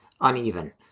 uneven